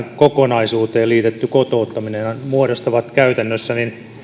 kokonaisuuteen liitetty kotouttaminen muodostavat käytännössä